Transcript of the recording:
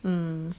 mm